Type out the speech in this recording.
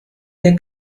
der